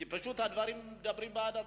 כי הדברים מדברים בעד עצמם.